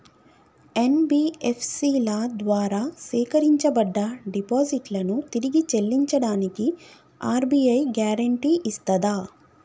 NBFC ల ద్వారా సేకరించబడ్డ డిపాజిట్లను తిరిగి చెల్లించడానికి ఆర్.బి.ఐ గ్యారెంటీ ఇస్తదా?